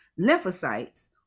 lymphocytes